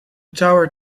tower